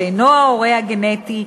שאינו ההורה הגנטי,